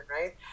right